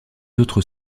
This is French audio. autres